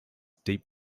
deep